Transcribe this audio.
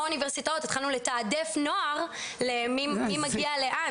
האוניברסיטאות התחלנו לתעדף נוער מי מגיע לאן,